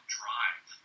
drive